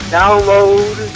download